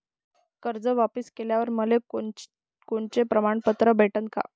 कर्ज वापिस केल्यावर मले कोनचे प्रमाणपत्र भेटन का?